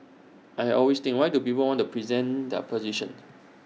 and I always think why do people want to present their position